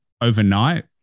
overnight